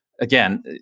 again